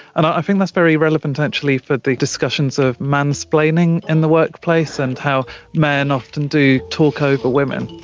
and i think that's very relevant actually for the discussions of mansplaining in the workplace and how men often do talk over women.